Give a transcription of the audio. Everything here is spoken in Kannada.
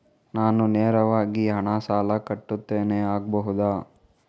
ನಾನು ನೇರವಾಗಿ ಹಣ ಸಾಲ ಕಟ್ಟುತ್ತೇನೆ ಆಗಬಹುದ?